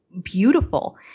beautiful